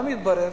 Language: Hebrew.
מה מתברר?